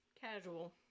Casual